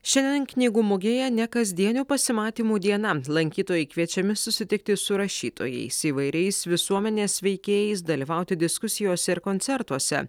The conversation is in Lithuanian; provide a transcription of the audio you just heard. šiandien knygų mugėje nekasdienių pasimatymų diena lankytojai kviečiami susitikti su rašytojais įvairiais visuomenės veikėjais dalyvauti diskusijose ir koncertuose